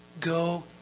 go